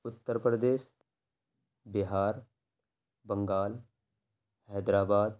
Uttar Pradesh Bihar Bengal Hyderabad